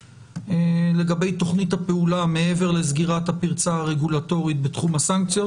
לגבי תוכנית הפעולה מעבר לסגירת הפרצה הרגולטורית בתחום הסנקציות.